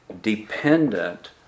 dependent